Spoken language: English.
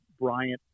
Bryant